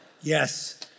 Yes